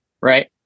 Right